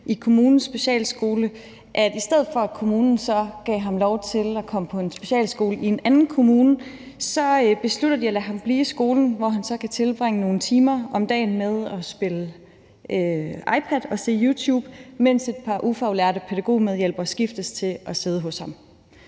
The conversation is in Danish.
i kommunens specialskole, at kommunen i stedet for at give ham lov til at komme på en specialskole i en andenkommune besluttede at lade ham blive i skolen, hvor han så kunne tilbringe nogle timer om dagen med at spille iPad og se YouTube, mens et par ufaglærte pædagogmedhjælpere skiftedes til at sidde hos ham.